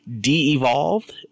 de-evolved